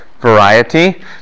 variety